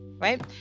right